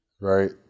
right